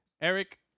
Eric